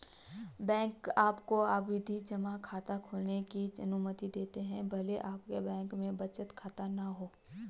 bank आपको सावधि जमा खाता खोलने की अनुमति देते हैं भले आपका बैंक में बचत खाता न हो